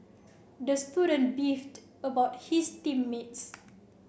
the student beefed about his team mates